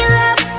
love